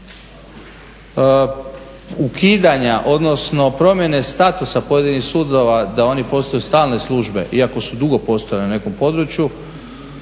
ukidanja, odnosno promjene statusa pojedinih sudova da oni postaju stalne službe, iako su dugo postojale na nekom području.